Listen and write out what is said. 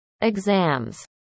exams